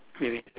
wait wait